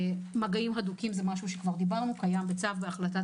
מגעים הדוקים זה משהו שכבר דיברנו עליו זה קיים בצו ובהחלטת